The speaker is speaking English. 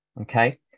okay